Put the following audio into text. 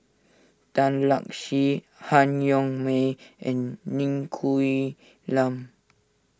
Tan Lark Sye Han Yong May and Ng Quee Lam